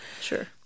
Sure